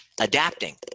adapting